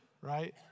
Right